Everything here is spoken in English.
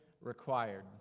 required